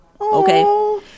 Okay